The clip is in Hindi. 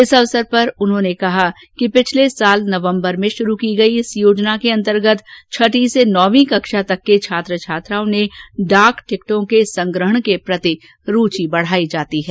इस अवसर पर उन्होंने कहा कि पिछले वर्ष नवम्बर में शुरू की गई इस योजना के अंतर्गत छठी से नवीं कक्षातक के छात्र छात्राओं ने डाक टिकटों र्क संग्रहण के प्रति रूचि बढ़ायी जाती है